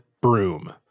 broom